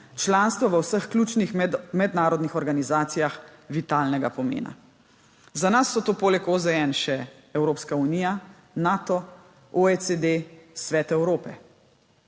članstvo v vseh ključnih mednarodnih organizacijah vitalnega pomena. Za nas so to poleg OZN še Evropska unija, Nato, OECD, Svet Evrope.